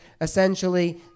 essentially